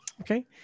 Okay